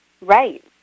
Right